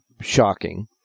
shocking